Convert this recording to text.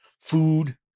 food